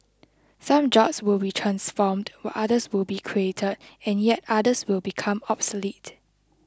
some jobs will be transformed while others will be created and yet others will become obsolete